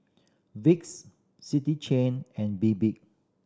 Vicks City Chain and Bebe